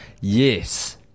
Yes